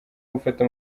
gufata